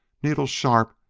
needle-sharp,